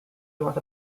north